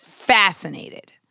Fascinated